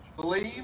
Believe